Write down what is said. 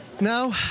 Now